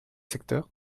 secteurs